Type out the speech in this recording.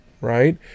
Right